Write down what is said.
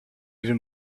even